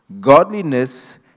godliness